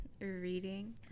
reading